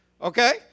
Okay